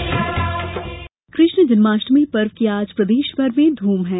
जन्माष्टमी कष्ण जन्माष्टमी पर्व की आज प्रदेश भर में धम है